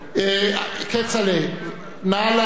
נא להצביע